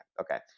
okay